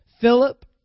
Philip